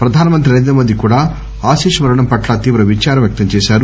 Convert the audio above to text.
ప్రధానమంత్రి నరేంద్రమోదీ కూడా ఆశిష్ మరణం పట్ల తీవ్ర విదారం వ్యక్తం చేశారు